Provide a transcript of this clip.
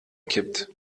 kippt